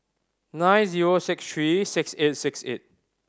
nine zero six three six eight six eight